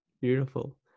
Beautiful